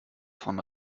von